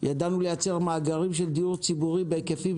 ידענו לייצר מאגרים של דיור ציבורי בהיקפים